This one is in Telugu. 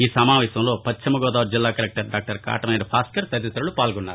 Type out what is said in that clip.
ఈ సమావేశంలో పశ్చిమగోదావరి జిల్లా కలెక్టర్ డాక్టర్ కాటమనేని భాస్కర్ తదితరులు పాల్గొన్నారు